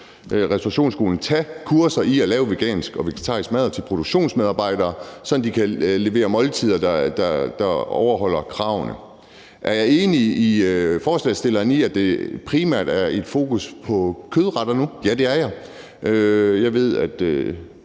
restaurationsskolen tage kurser i at lave vegansk og vegetarisk mad, også til produktionsmedarbejdere, så de kan levere måltider, der overholder kravene. Er jeg enig med forslagsstillerne i, at der primært er et fokus på kødretter nu? Ja, det er jeg. Jeg ved, at